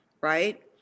right